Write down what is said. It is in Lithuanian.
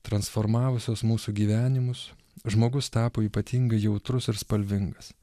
transformavusios mūsų gyvenimus žmogus tapo ypatingai jautrus ir spalvingas